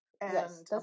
Yes